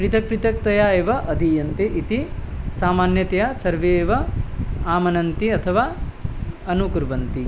पृथक् पृथक्तया एव आद्रियन्ते इति सामान्यतया सर्वे एव आमनन्ति अथवा अनुकुर्वन्ति